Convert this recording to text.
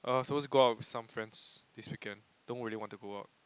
i was supposed to go out with some friends this weekend don't really want to go out